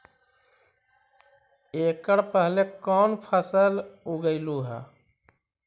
एकड़ पहले कौन फसल उगएलू हा?